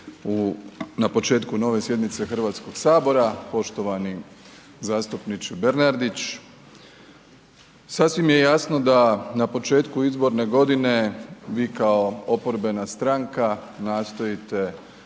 na početku nove sjednice Hrvatskog sabora. Poštovani zastupniče Bernardić sasvim je jasno da na početku izborne godine vi kao oporbena stranka nastojite